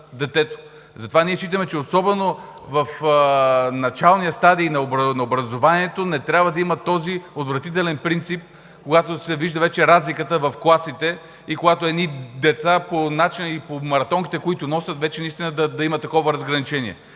Затова ние считаме, че особено в началния стадий на образованието не трябва да има този отвратителен принцип, когато разликата в класите вече се вижда, когато едни деца по начина и по маратонките, които носят – вече наистина да има такова разграничение.